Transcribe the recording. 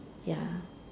ya